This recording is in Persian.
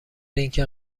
اینکه